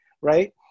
Right